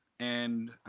and